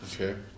Okay